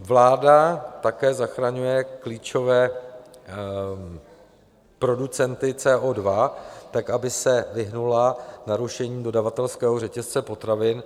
Vláda také zachraňuje klíčové producenty CO2, tak aby se vyhnula narušení dodavatelského řetězce potravin.